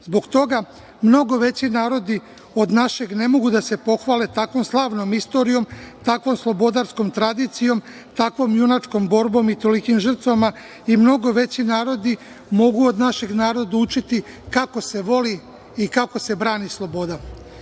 Zbog toga mnogo veći narodi od našeg ne mogu da se pohvale tako slavnom istorijom, takvom slobodarskom tradicijom, takvom junačkom borbom i tolikim žrtvama. Mnogo veći narodi mogu od našeg naroda učiti kako se voli i kako se brani sloboda. Znao